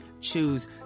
choose